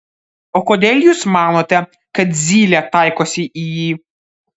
o kodėl jūs manote kad zylė taikosi į jį